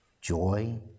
joy